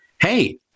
hey